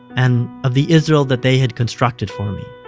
and of the israel that they had constructed for me.